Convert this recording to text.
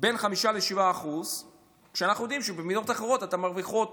5% 7% כשאנחנו יודעים שבמדינות אחרות הן מרוויחות